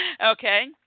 Okay